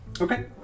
Okay